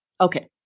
Okay